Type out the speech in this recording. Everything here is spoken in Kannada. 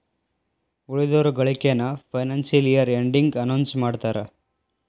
ಉಳಿದಿರೋ ಗಳಿಕೆನ ಫೈನಾನ್ಸಿಯಲ್ ಇಯರ್ ಎಂಡಿಗೆ ಅನೌನ್ಸ್ ಮಾಡ್ತಾರಾ